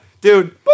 dude